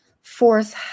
fourth